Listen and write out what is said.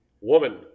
Woman